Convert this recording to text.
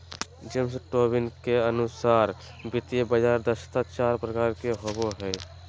James Tobin के अनुसार वित्तीय बाजार दक्षता चार प्रकार के होवो हय